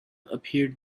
appeared